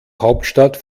hauptstadt